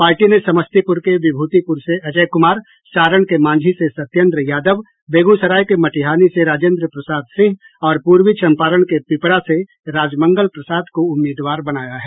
party ने समस्तीपूर के विभूतिपूर से अजय कुमार सारण के मांझी से सत्येन्द्र यादव बेगूसराय के मटिहानी से राजेन्द्र प्रसाद सिंह और पूर्वी चम्पारण के पिपरा से राजमंगल प्रसाद को उम्मीदवार बनाया है